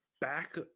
back